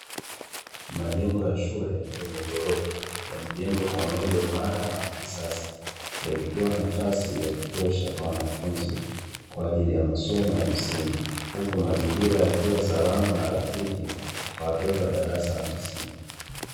Majengo ya shule yenye ghorofa yamejengwa kwa muundo imara na yakisas yakitoa nafasi ya kutosha kwa elimu ya msingi ikitoa mazingira salama kwa wanafunzi wa msingi